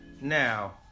Now